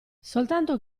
soltanto